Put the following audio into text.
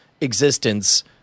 Existence